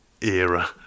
era